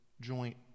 joint